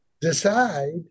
decide